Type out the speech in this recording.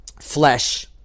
flesh